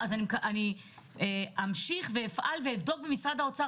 אז אני אמשיך ואפעל ואבדוק במשרד האוצר